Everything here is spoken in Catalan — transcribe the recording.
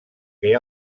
que